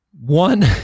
one